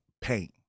pain